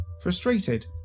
Frustrated